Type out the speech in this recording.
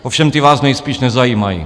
Ovšem ty vás nejspíš nezajímají.